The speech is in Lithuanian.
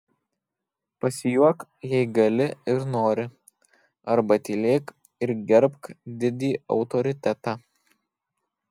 pasijuok jei gali ir nori arba tylėk ir gerbk didį autoritetą